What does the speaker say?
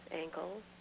ankles